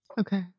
Okay